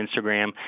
Instagram